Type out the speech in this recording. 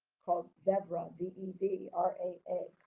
called vevra, v e v r a.